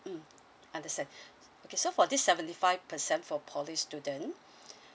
mm understand okay so for this seventy five percent for poly student